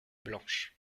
blanches